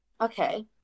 okay